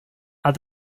are